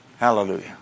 Hallelujah